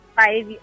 five